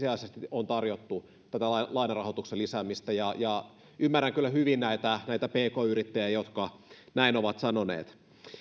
on ensisijaisesti tarjottu tätä lainarahoituksen lisäämistä ja ja ymmärrän kyllä hyvin näitä näitä pk yrittäjiä jotka näin ovat sanoneet